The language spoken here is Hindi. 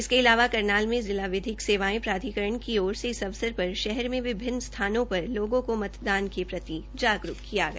इसके अलावा करनाल में जिला विधिक सेवायें प्राधिकरण की ओर से इस अवसर पर शहर में विभिन्न स्थानों पर लोगों को मतदान के प्रति जागरूक किया गया